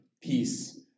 Peace